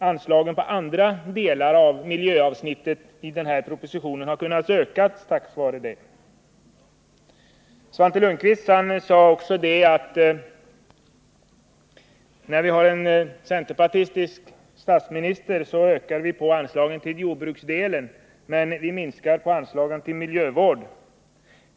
Anslagen till andra delar av miljöavsnittet i den här propositionen har kunnat öka tack vare det. Svante Lundkvist sade också att vi, genom att vi har en centerpartistisk statsminister, ökar anslagen till jordbruksdelen och minskar dem till miljövården.